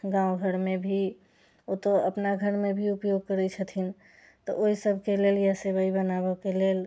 गाँव घरमे भी ओ तऽ अपना घरमे भी उपयोग करैत छथिन तऽ ओहि सभके लेल या सेवइ बनाबऽके लेल